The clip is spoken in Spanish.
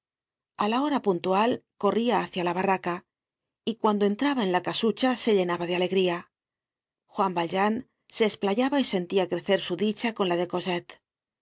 a la hora puntual corría hácia la barraca y cuando entraba en la casucha se llenaba de alegría juan valjean se esplayaba y sentia crecer su dicha con la de cosette la alegría que